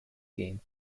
game